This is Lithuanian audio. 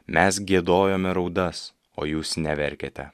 mes giedojome raudas o jūs neverkėte